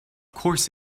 course